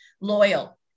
loyal